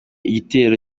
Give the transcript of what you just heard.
igitero